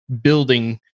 building